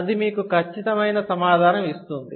అది మీకు ఖచ్చితమైన సమాధానం ఇస్తుంది